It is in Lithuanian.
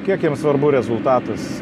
kiek jiems svarbu rezultatas